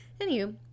anywho